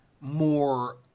more